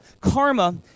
karma